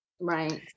Right